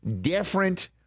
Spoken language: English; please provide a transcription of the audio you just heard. different